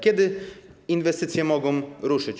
Kiedy inwestycje mogą ruszyć?